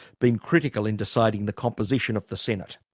been critical in deciding the composition of the senate?